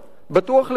בטוח לגמרי.